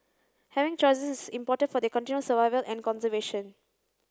having choices is important for their continual survival and conservation